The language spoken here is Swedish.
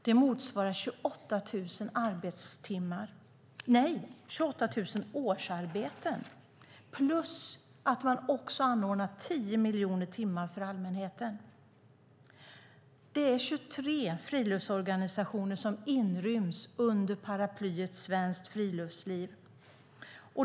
Det motsvarar 28 000 årsarbeten. Man anordnar också 10 miljoner aktivitetstimmar för allmänheten. 23 friluftsorganisationer inryms under paraplyet Svenskt Friluftsliv.